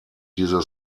diese